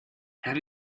have